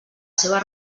seva